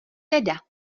teda